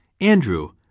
Andrew